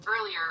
earlier